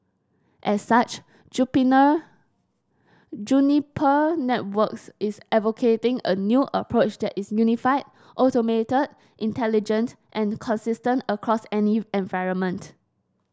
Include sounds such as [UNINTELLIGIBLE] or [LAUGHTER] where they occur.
as such [UNINTELLIGIBLE] Juniper Networks is advocating a new approach that is unified automated intelligent and consistent across any environment